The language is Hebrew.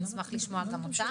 ונשמח לשמוע גם אותם.